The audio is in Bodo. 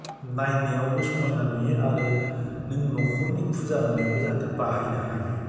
नायनायावबो समायना नुयो आरो नों न'खरनि फुजा होनायावबो जाहाथे बाहायनो हायो